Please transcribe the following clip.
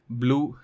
blue